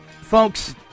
Folks